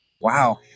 Wow